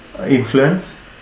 influence